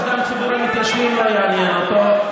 אז גם ציבור המתיישבים לא יעניין אותו.